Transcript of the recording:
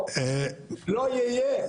לא יהיה,